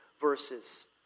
verses